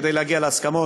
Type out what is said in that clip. כדי להגיע להסכמות.